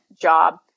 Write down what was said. job